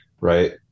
Right